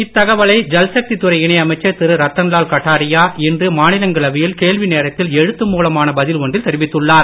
இத்தகவலை ஜல்சக்தி துறை இணை அமைச்சர் திரு ரத்தன்லால் கட்டாரியா இன்று மாநிலங்களவையில் கேள்வி நேரத்தில் எழுத்து மூலமான பதில் ஒன்றில் தெரிவித்துள்ளார்